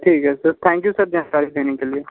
ठीक है sir thank you sir जानकारी देने के लिए